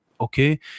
okay